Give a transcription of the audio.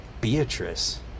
beatrice